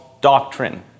doctrine